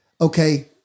Okay